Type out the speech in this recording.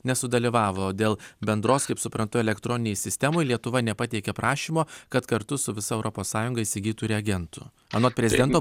nesudalyvavo dėl bendros kaip suprantu elektroninėj sistemoj lietuva nepateikė prašymo kad kartu su visa europos sąjunga įsigytų reagentų anot prezidento